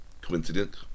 coincidence